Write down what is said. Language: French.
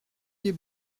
des